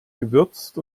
gewürzt